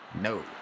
no